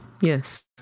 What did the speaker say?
Yes